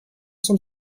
zum